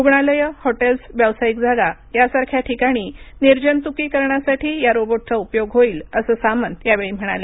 रुग्णालयं हॉटेल्स व्यावसायिक जागा यासारख्या ठिकाणी निर्जंतुकीकरणासाठी या रोबोटचा उपयोग होईल असं सामंत यावेळी म्हणाले